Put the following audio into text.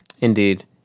Indeed